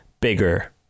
bigger